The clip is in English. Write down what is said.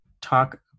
talk